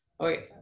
Okay